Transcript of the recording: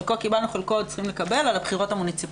חלקו קיבלנו ואת חלקו אנחנו צריכים לקבל על הבחירות המוניציפליות,